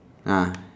ah